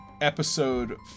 episode